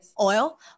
oil